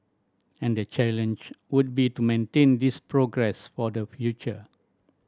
and the challenge would be to maintain this progress for the future